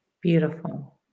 Beautiful